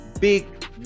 big